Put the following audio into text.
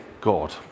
God